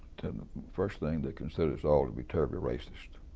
first thing, they considered us all to be terribly racist.